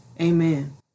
Amen